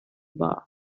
bar